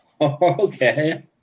Okay